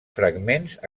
fragments